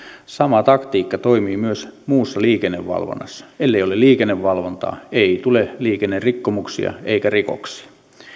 sama taktiikka toimii myös muussa liikennevalvonnassa ellei ole liikennevalvontaa ei tule liikennerikkomuksia eikä rikoksia